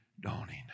dawning